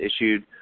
issued